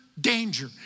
danger